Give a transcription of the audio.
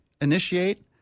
initiate